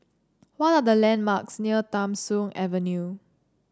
what are the landmarks near Tham Soong Avenue